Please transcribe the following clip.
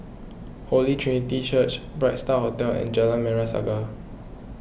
Holy Trinity Church Bright Star Hotel and Jalan Merah Saga